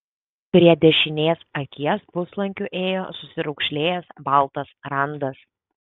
prie dešinės akies puslankiu ėjo susiraukšlėjęs baltas randas